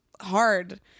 hard